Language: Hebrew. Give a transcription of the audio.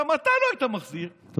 גם אתה לא היית מחזיר, תודה רבה.